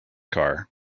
car